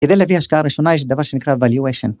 כדי להביא השקעה ראשונה יש דבר שנקרא valuation. ‫